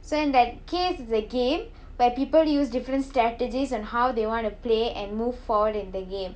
so in that case the game where people use different strategies on how they want to play and move forward in the game